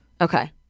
Okay